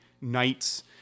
knights